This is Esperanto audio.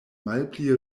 malpli